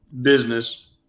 business